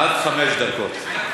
עד חמש דקות.